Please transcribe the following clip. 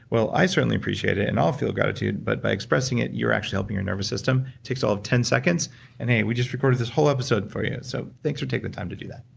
well, i certainly appreciate it and i'll feel gratitude, but by expressing it you're actually helping your nervous system. it takes all of ten seconds and hey, we just recorded this whole episode for you, so thanks for taking the time to do that